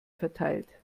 verteilt